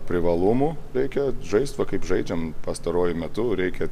privalumų reikia žaisti va kaip žaidžiam pastaruoju metu reikia